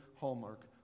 hallmark